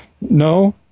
No